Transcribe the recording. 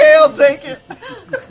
i'll take it.